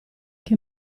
che